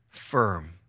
firm